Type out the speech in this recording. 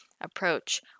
approach